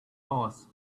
horse